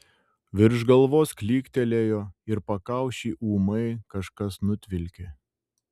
virš galvos klyktelėjo ir pakaušį ūmai kažkas nutvilkė